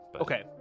Okay